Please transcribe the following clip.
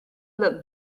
look